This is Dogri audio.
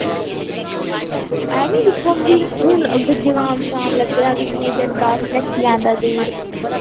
ऐनी दिक्खो आं हून जुकाम लग्गे दा हून ते कोई जंदा ते नच्ची लैंदा हून